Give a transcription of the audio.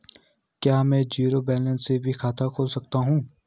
क्या में zero balance से भी खाता खोल सकता हूँ?